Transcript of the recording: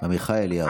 עמיחי אליהו.